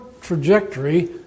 trajectory